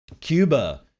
Cuba